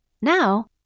Now